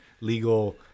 legal